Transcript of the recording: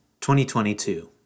2022